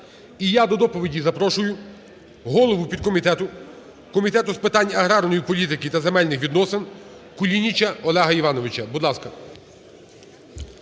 І я до доповіді запрошую голову підкомітету Комітету з питань аграрної політики та земельних відносин Кулініча Олега Івановича, будь ласка.